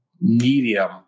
medium